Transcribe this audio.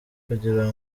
kugira